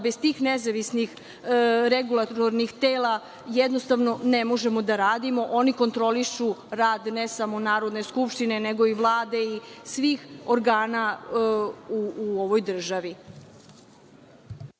da bez tih nezavisnih regulatornih tela jednostavno ne možemo da radimo. Oni kontrolišu rad ne samo Narodne skupštine, nego i Vlade i svih organa u ovoj državi.